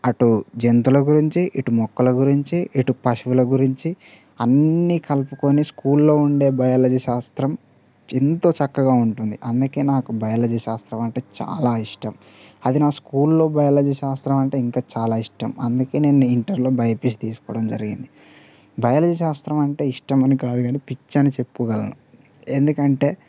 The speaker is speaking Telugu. అటు జంతువుల గురించి ఇటు మొక్కల గురించి ఇటు పశువుల గురించి అన్ని కలుపుకొని స్కూల్లో ఉండే బయాలజీ శాస్త్రం ఎంతో చక్కగా ఉంటుంది అందుకే నాకు బయాలజీ శాస్త్రం అంటే చాలా ఇష్టం అది నా స్కూల్లో బయాలజీ శాస్త్రం అంటే ఇంకా చాలా ఇష్టం అందుకే నేను ఇంటర్లో బైపిసి తీసుకోవడం జరిగింది బయాలజీ శాస్త్రం అంటే ఇష్టం అని కాదు కాని పిచ్చ అని చెప్పగలను ఎందుకంటే